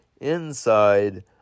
inside